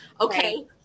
Okay